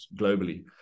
globally